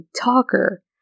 talker